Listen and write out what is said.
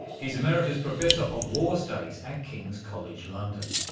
he's emeritus professor of war studies at king's college london.